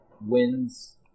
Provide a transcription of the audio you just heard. wins